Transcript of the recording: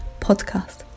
podcast